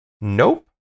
Nope